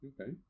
Okay